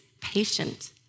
patient